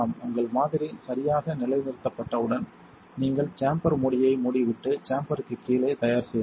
உங்கள் மாதிரி சரியாக நிலைநிறுத்தப்பட்டவுடன் நீங்கள் சேம்பர் மூடியை மூடிவிட்டு சேம்பர்க்கு கீழே தயார் செய்யலாம்